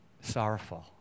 sorrowful